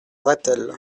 rethel